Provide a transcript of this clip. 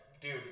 dude